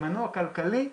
כמנוע כלכלי,